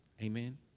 Amen